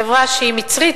חברה שהיא מצרית,